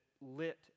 lit